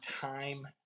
time